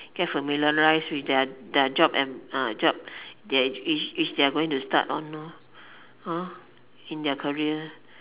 get familiarize with their their job and uh job their which which they're going to start on lor hor in their career